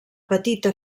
petita